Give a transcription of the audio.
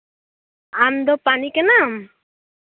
ᱟᱢᱫᱚ ᱯᱟᱱᱤ ᱠᱟᱱᱟᱢ